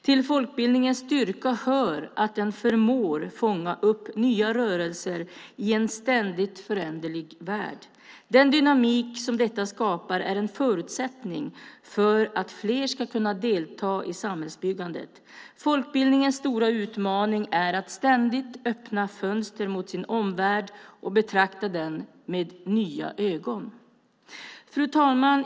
Till folkbildningens styrka hör att den förmår fånga upp nya rörelser i en ständigt föränderlig värld. Den dynamik som detta skapar är en förutsättning för att fler ska kunna delta i samhällsbyggandet. Folkbildningens stora utmaning är att ständigt öppna fönster mot sin omvärld och betrakta den med nya ögon. Fru talman!